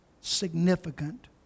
significant